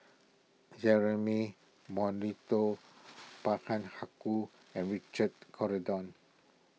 Jeremy Monteiro Haykal and Richard Corridon